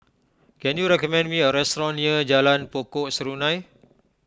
can you recommend me a restaurant near Jalan Pokok Serunai